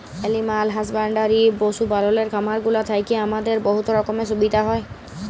animal husbandry পশু পাললের খামারগুলা থ্যাইকে আমাদের বহুত রকমের সুবিধা হ্যয়